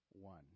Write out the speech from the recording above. one